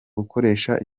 ukoresha